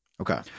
Okay